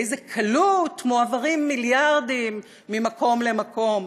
באיזו קלות מועברים מיליארדים ממקום למקום,